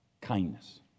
kindness